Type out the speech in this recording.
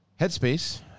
Headspace